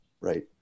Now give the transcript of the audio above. right